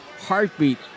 heartbeat